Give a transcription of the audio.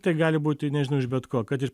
tai gali būti nežinau iš bet ko kadir